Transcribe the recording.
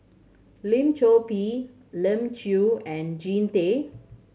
Lim Chor Pee Elim Chew and Jean Tay